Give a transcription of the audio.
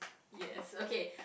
yes okay